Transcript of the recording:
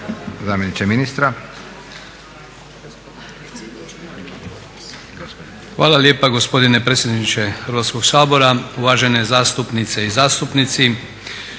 Zdenko (SDP)** Hvala lijepa gospodine predsjedniče Hrvatskog sabora, uvažene zastupnice i zastupnici.